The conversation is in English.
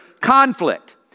conflict